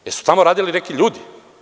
Da li su tamo radili neki ljudi?